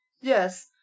Yes